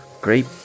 Great